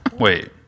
Wait